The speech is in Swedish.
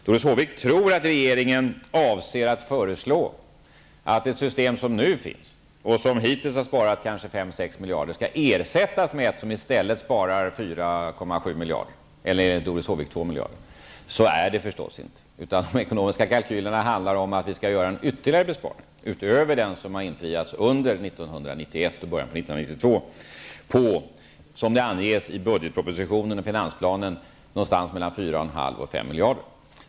Doris Håvik tror att regeringen avser att föreslå att det system som nu finns och som hittills har sparat 5 eller 6 miljarder kronor skall ersättas med ett system som i stället sparar 4,7 miljarder -- eller enligt Doris Håvik 2 Så är det förstås inte, utan de ekonomiska kalkylerna handlar om att vi skall göra ytterligare en besparing utöver den som har infriats under 1991 och början av 1992 på -- som det anges i budgetpropositionen och finansplanen -- någonstans mellan 4,5 miljarder och 5 miljarder.